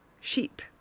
sheep